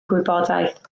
gwybodaeth